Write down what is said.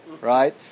right